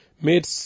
made